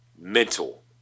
mental